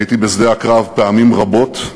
הייתי בשדה הקרב פעמים רבות,